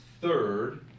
third